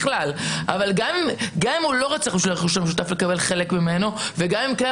אבל גם אם הוא לא רצח בשביל לקבל חלק מהרכוש המשותף וגם אם כן,